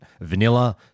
vanilla